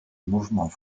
mouvements